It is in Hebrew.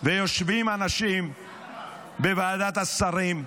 יושבים אנשים בוועדת שרים,